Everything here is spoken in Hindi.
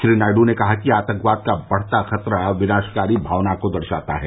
श्री नायडू ने कहा कि आतंकवाद का बढ़ता खतरा विनाशकारी भावना को दर्शाता है